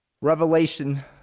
Revelation